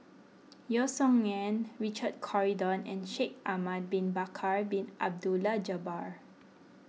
Yeo Song Nian Richard Corridon and Shaikh Ahmad Bin Bakar Bin Abdullah Jabbar